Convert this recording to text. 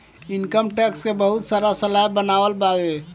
income tax के बहुत सारा स्लैब बनल बावे